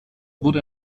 wurde